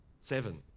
seven